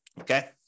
okay